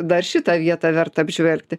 dar šitą vietą verta apžvelgti